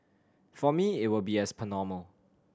for me it will be as per normal